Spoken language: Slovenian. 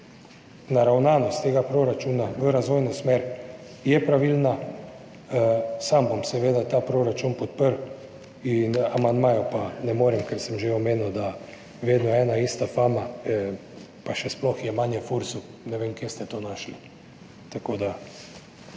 naravnanost tega proračuna v razvojno smer je pravilna. Sam bom seveda ta proračun podprl. Amandmajev pa ne morem, ker sem že omenil, da je vedno ena ista fama, pa še sploh jemanje Fursu, ne vem, kje ste to našli. Tako da